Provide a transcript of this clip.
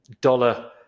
dollar